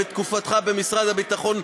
בתקופתך במשרד הביטחון,